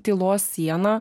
tylos sieną